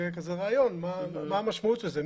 אם יהיה כזה רעיון מה המשמעות של זה,